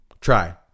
Try